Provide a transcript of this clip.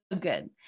good